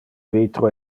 vitro